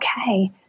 okay